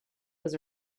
was